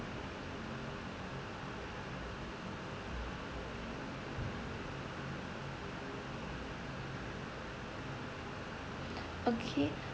okay